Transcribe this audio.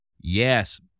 Yes